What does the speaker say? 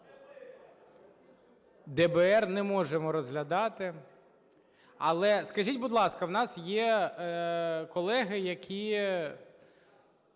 ДБР не можемо розглядати. Але, скажіть, будь ласка, у нас є колеги, які